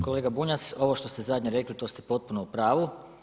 Kolega Bunjac, ovo što ste zadnje rekli, to ste potpuno u pravu.